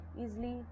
easily